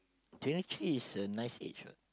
twenty three is a nice age what